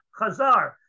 chazar